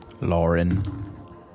Lauren